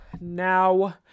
now